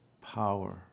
power